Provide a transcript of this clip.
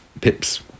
Pip's